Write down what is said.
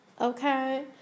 okay